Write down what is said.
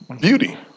beauty